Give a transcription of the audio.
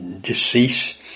decease